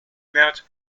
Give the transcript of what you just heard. met